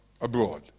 abroad